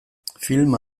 filma